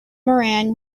moran